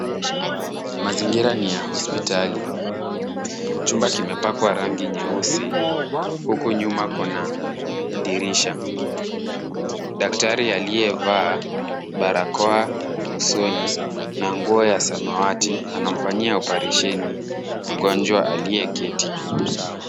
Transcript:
Mazingira ni ya hospitali. Chumba kimepakwa rangi nyeusi, huku nyuma kuna dirisha. Daktari aliyevaa barakoa usoni na nguo ya samawati, anamfanyia oparesheni mgonjwa aliyeketi.